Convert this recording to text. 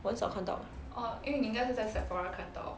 我很少看到